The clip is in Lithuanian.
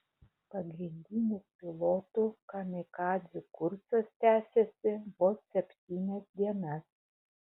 pagrindinis pilotų kamikadzių kursas tęsėsi vos septynias dienas